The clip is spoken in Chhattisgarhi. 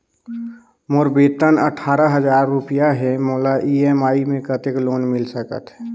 मोर वेतन अट्ठारह हजार रुपिया हे मोला ई.एम.आई मे कतेक लोन मिल सकथे?